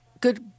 Good